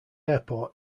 airport